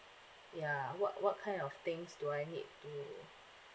ya what what kind of things do I need to